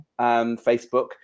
Facebook